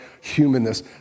humanness